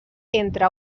entre